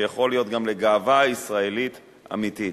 שיכול להיות גם לגאווה ישראלית אמיתית.